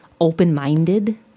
open-minded